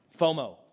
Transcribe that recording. FOMO